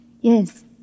Yes